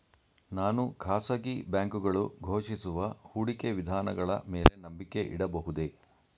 ನಾನು ಖಾಸಗಿ ಬ್ಯಾಂಕುಗಳು ಘೋಷಿಸುವ ಹೂಡಿಕೆ ವಿಧಾನಗಳ ಮೇಲೆ ನಂಬಿಕೆ ಇಡಬಹುದೇ?